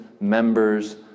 members